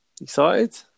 excited